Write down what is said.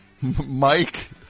Mike